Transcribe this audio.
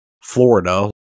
Florida